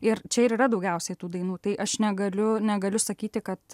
ir čia ir yra daugiausiai tų dainų tai aš negaliu negaliu sakyti kad